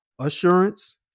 assurance